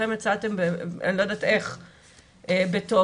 יצאתם - אני לא יודעת איך - בטוב,